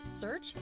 search